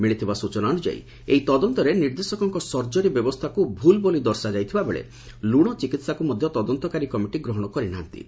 ମିଳିଥିବା ସୂଚନା ଅନୁଯାୟୀ ଏହି ତଦନ୍ତରେ ନିର୍ଦ୍ଦେଶକଙ୍କ ସର୍ଜରୀ ବ୍ୟବସ୍ଷାକୁ ଭୁଲ୍ ବୋଲି ଦର୍ଶାଯାଇଥିବା ବେଳେ ଲୁଶ ଚିକିହାକୁ ମଧ୍ଧ ତଦନ୍ତକାରୀ କମିଟି ଗ୍ରହଶ କରିନାହାନ୍ତି